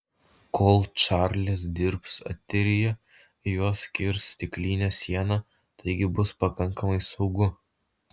kol čarlis dirbs eteryje juos skirs stiklinė siena taigi bus pakankamai saugu